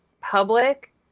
public